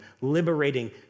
liberating